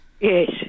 Yes